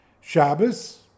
Shabbos